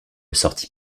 sortit